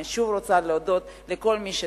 אני רוצה שוב להודות לכל מי שתמך,